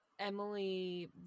Emily